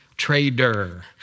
trader